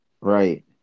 right